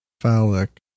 phallic